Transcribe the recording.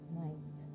night